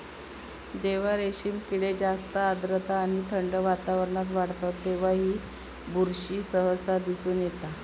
जेव्हा रेशीम किडे जास्त आर्द्रता आणि थंड वातावरणात वाढतत तेव्हा ही बुरशी सहसा दिसून येता